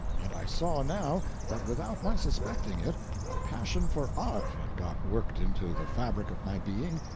and i saw now that without my suspecting it a passion for art had got worked into the fabric of my being,